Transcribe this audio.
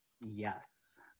Yes